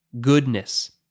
goodness